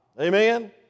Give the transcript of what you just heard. Amen